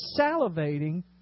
salivating